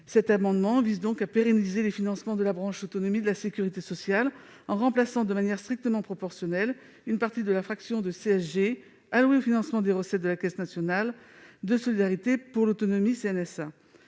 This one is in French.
Cet amendement vise donc à pérenniser les financements de la branche autonomie de la sécurité sociale en remplaçant, de manière strictement proportionnelle, une partie de la fraction de CSG allouée au financement des recettes de la CNSA. À ce jour, la CSA